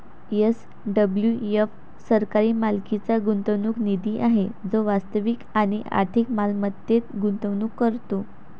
SWF सरकारी मालकीचा गुंतवणूक निधी आहे जो वास्तविक आणि आर्थिक मालमत्तेत गुंतवणूक करतो